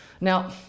Now